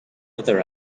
other